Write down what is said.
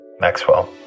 Maxwell